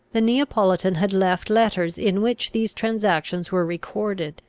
the neapolitan had left letters in which these transactions were recorded,